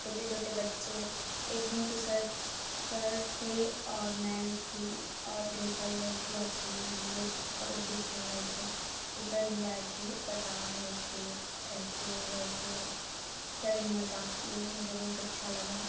छोटे छोटे बच्चे एक दिन तो सर सर थे और मैम थीं और ढेर सारी लड़कियाँ थीं हम लोग कबड्डी खेल रहे थे तो सर भी आए थे बता रहे थे ऐसे वैसे सर भी मजाक किये मुझे बहुत अच्छा लगा